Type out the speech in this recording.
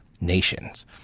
nations